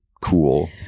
cool